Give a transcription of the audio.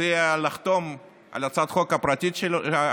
הציע לחתום על הצעת החוק הפרטית שלו,